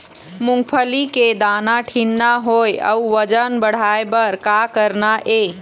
मूंगफली के दाना ठीन्ना होय अउ वजन बढ़ाय बर का करना ये?